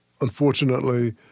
unfortunately